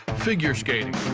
figure skating.